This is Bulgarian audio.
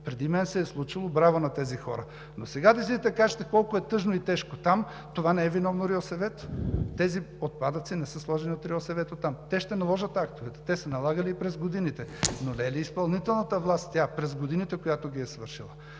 Преди мен се е случвало, браво на тези хора, но сега да излизате и да кажете колко е тъжно и тежко там – за това не е виновно РИОСВ-то. Тези отпадъци не са сложени от РИОСВ-то там. Те ще наложат актовете, налагали са и през годините, но не е ли изпълнителната власт през годините, която ги е свършила?!